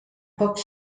pocs